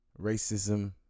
Racism